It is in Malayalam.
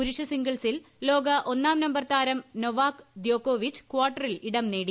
പുരുഷ സിംഗിൾസിൽ ലോക ഒന്നാം നമ്പർ താരം നൊവാക് ദ്യോകോവിച്ച് കാർട്ടറിൽ ഇടം നേടി